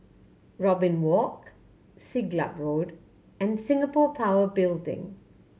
Robin Walk Siglap Road and Singapore Power Building